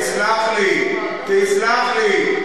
תסלח לי,